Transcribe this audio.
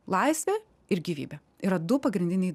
laisvė ir gyvybė yra du pagrindiniai